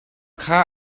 kha